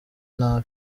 nabi